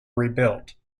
rebuilt